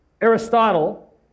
Aristotle